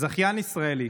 זכיין ישראלי